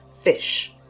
fish